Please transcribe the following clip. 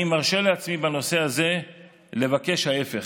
אני מרשה לעצמי בנושא הזה לבקש ההפך: